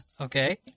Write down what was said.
Okay